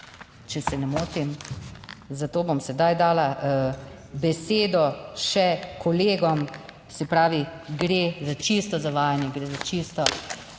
če se ne motim, zato bom sedaj dala besedo še kolegom, se pravi, gre za čisto zavajanje, gre za čisto